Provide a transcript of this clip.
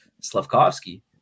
Slavkovsky